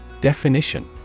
Definition